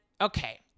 okay